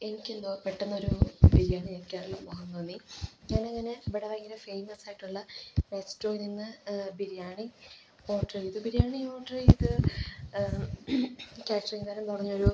എനിക്കെന്തോ പെട്ടെന്നൊരു ബിരിയാണി കഴിക്കാനുള്ള മോഹം തോന്നി ഞാനങ്ങനെ ഇവിടെ ഭയങ്കര ഫേമസ്സായിട്ടുള്ള റെസ്റ്റോറൻ്റിൽ നിന്ന് ബിരിയാണി ഓർഡർ ചെയ്തു ബിരിയാണി ഓർഡർ ചെയ്ത് കാറ്ററിങ്കാരൻ പറഞ്ഞ് ഒരു